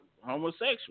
homosexual